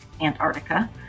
Antarctica